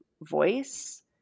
voice